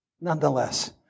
nonetheless